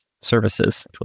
services